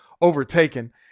Overtaken